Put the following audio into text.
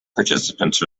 participants